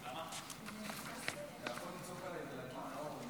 --- אני מוסיף את חבר הכנסת ואטורי.